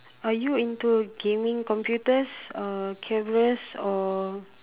are you into gaming computers or cameras or